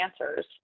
answers